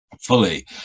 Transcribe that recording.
fully